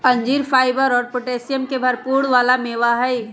अंजीर फाइबर और पोटैशियम के भरपुर वाला मेवा हई